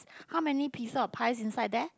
how many pieces of pies inside there